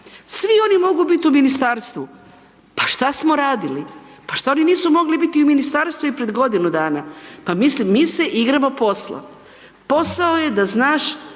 Svi oni mogu biti u ministarstvu. Pa šta smo radili? Pa šta oni nisu mogli biti u ministarstvu i pred godinu dana? Pa mislim, mi se igramo posla. Posao je da znaš